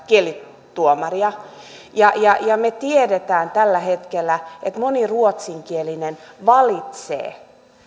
kielituomaria me tiedämme tällä hetkellä että moni ruotsinkielinen valitsee